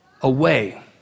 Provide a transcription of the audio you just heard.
away